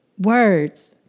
Words